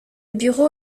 bureau